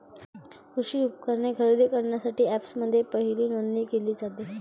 कृषी उपकरणे खरेदी करण्यासाठी अँपप्समध्ये पहिली नोंदणी केली जाते